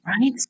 right